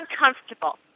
uncomfortable